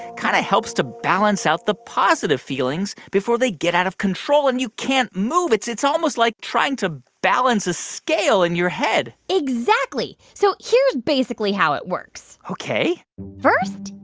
kind of helps to balance out the positive feelings before they get out of control and you can't move. it's it's almost like trying to balance a scale in your head exactly. so here's basically how it works ok first,